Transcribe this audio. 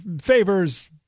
favors